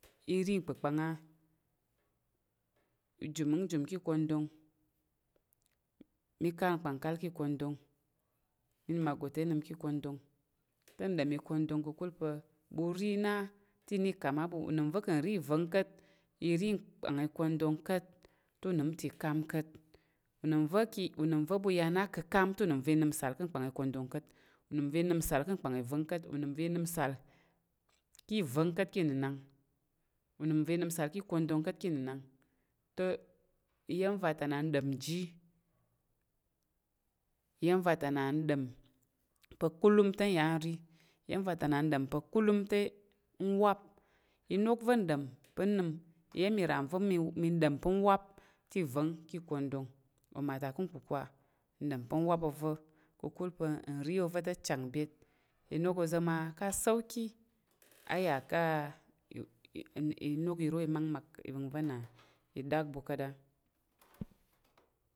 Mə ri ngkpakpəng a mə jum ngmung jum kə kondong, mə kal ngkpəng kat kə ikondong, mə nəm a "gote" nəm kə ikondong. Tə ngdom ikondong kəkul pa bu ri na tə ina ikam a bu. Unəm və kən ri ivong kat, iri ngkpang ikondong kat tə unəm ta ikam kat. unəm ta ikam kat. unəm ki, unəm vo bu ya na kəkam tə unəm va inəmsal kən kpang ivong kat, unəm va inəmsal kə ivong kat kə inenand, unəm sal kə kondong kat e inənan. Te, ivəm va tana ngdom ji. ivəm vata na ngdom pa kulum tə ngya ngri. Iyəm vata na ngdom pa kulum tə ngwap. i nok vo ngdom pa ngwap tə ivong ki ikongdong. oma ta kən kukwa ngdom pa ngwap ozo kəkul pa ngri ozo te chang byet, inok ozo ma ka a "soki" aya ka inok iro imangmak ivəngvo n idakbu kat,